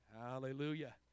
Hallelujah